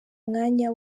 mwanya